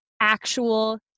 actual